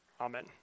Amen